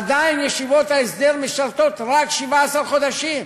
עדיין תלמידי ישיבות ההסדר משרתים רק 17 חודשים.